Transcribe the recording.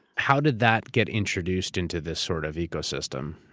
how did that get introduced into this sort of ecosystem?